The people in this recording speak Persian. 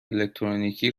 الکترونیکی